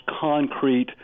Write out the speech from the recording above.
concrete